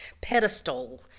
pedestal